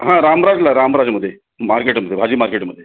हां रामराजला रामराजमध्ये मार्केटमध्ये भाजीमार्केटमध्ये